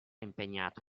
impegnato